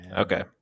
Okay